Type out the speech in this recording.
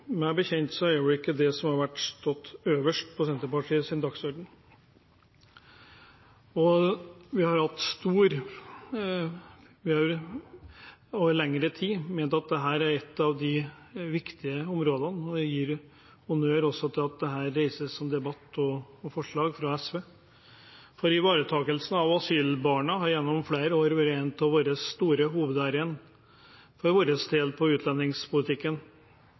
dagsorden. Vi har over lengre tid ment at dette er et av de viktige områdene, og jeg vil gi honnør for at dette reises som en debatt, og som et forslag av SV. Ivaretakelsen av asylbarna har gjennom flere år vært et av våre hovedærend i utlendingspolitikken, og Venstre er fornøyd med at vi har fått til en asylavtale med Høyre, Fremskrittspartiet og Kristelig Folkeparti, for